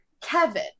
kevin